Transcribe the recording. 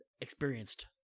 experienced